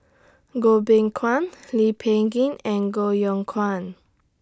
Goh Beng Kwan Lee Peh Gee and Koh Yong Guan